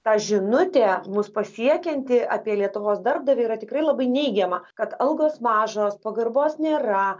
ta žinutė mus pasiekianti apie lietuvos darbdavį yra tikrai labai neigiama kad algos mažos pagarbos nėra